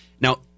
Now